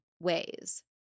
ways